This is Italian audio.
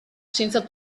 senza